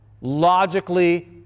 logically